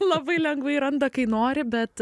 labai lengvai randa kai nori bet